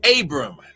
Abram